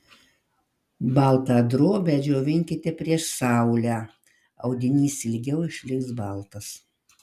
baltą drobę džiovinkite prieš saulę audinys ilgiau išliks baltas